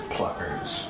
Pluckers